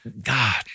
God